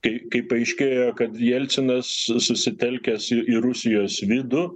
kai kai paaiškėjo kad jelcinas susitelkęs į į rusijos vidų